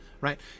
right